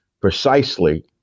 precisely